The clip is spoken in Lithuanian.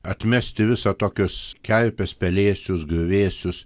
atmesti visą tokius kerpes pelėsius griuvėsius